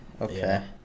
Okay